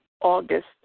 August